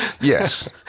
Yes